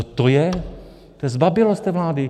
To je zbabělost té vlády.